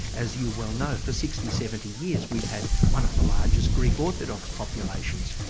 as you well know. for sixty, seventy years we've had one of the largest greek orthodox populations.